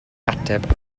ateb